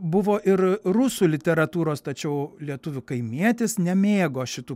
buvo ir rusų literatūros tačiau lietuvių kaimietis nemėgo šitų